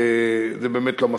זה באמת לא מספיק.